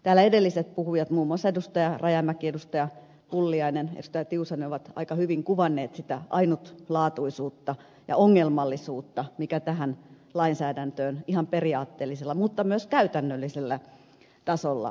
täällä edelliset puhujat muun muassa edustajat rajamäki pulliainen ja tiusanen ovat aika hyvin kuvanneet sitä ainutlaatuisuutta ja ongelmallisuutta mikä tähän lainsäädäntöön ihan periaatteellisella mutta myös käytännöllisellä tasolla liittyy